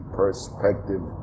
perspective